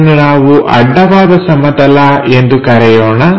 ಇದನ್ನು ನಾವು ಅಡ್ಡವಾದ ಸಮತಲ ಎಂದು ಕರೆಯೋಣ